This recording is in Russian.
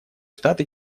штаты